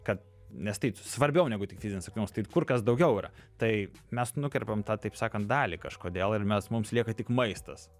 kad nes tai svarbiau negu tik fizinis aktyvumas tai kur kas daugiau yra tai mes nukerpam tą taip sakant dalį kažkodėl ir mes mums lieka tik maistas